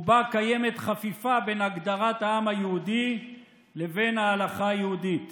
וקיימת בה חפיפה בין הגדרת העם היהודי לבין ההלכה היהודית.